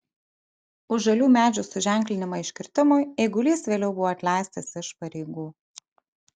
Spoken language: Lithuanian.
už žalių medžių suženklinimą iškirtimui eigulys vėliau buvo atleistas iš pareigų